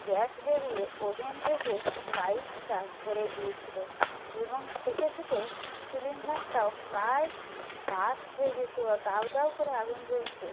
gas বেরিয়ে oven থেকে পাইপটা ধরে গিয়েছিলো এবং থেকে থেকে সিলিন্ডারটাও প্রায় বার্স্ট হয়ে যেতো দাউদাউ করে আগুন জ্বলছে